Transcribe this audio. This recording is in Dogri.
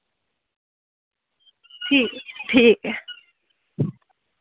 ठीक ठीक